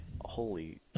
holy